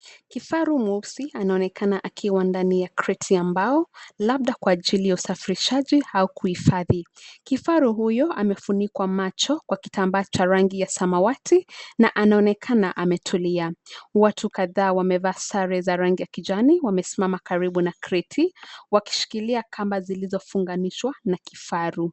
Kifaru mweusi anaonekana akiwa ndani ya kreti ya mbao labda kwa ajili ya usafirishaji au kuhifadhi. Kifaru huyu amefunikwa macho kwa kitambaa cha rangi ya samawati na anaonekana ametulia. Watu kadhaa wamevaa sare za rangi ya kijani wamesimama karibu na kreti, wakishikilia kamba zilizofunganishwa na kifaru.